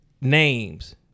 names